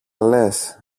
λες